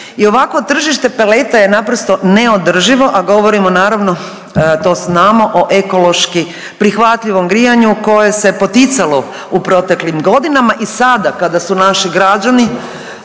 ovakvo tržište peleta je naprosto neodrživo, a govorimo naravno to znamo o ekološki prihvatljivom grijanju koje se poticalo u proteklim godinama i sada kada su naši građani